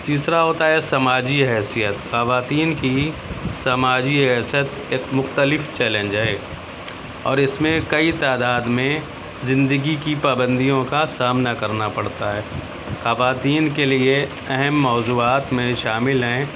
تیسرا ہوتا ہے سماجی حیثیت خواتین کی سماجی حیثیت ایک مختلف چیلینج ہے اور اس میں کئی تعداد میں زندگی کی پابندیوں کا سامنا کرنا پڑتا ہے خواتین کے لیے اہم موضوعات میں شامل ہیں